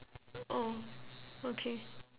orh okay